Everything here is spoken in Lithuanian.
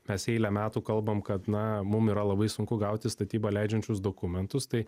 mes eilę metų kalbam kad na mum yra labai sunku gauti statybą leidžiančius dokumentus tai